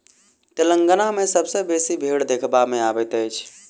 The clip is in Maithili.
तेलंगाना मे सबसँ बेसी भेंड़ देखबा मे अबैत अछि